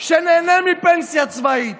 שנהנה מפנסיה צבאית,